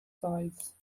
size